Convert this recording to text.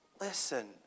listen